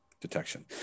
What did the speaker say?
detection